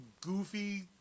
goofy